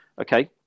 Okay